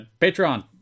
Patreon